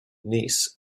nice